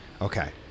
Okay